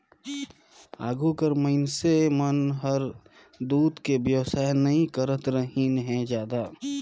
आघु कर मइनसे मन हर दूद के बेवसाय नई करतरहिन हें जादा